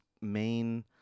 main